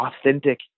authentic